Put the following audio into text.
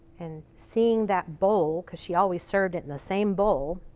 and seeing that bowl because she always served it in the same bowl,